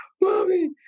Mommy